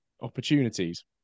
opportunities